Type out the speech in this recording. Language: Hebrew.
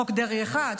חוק דרעי 1,